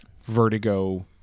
vertigo